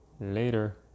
Later